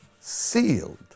sealed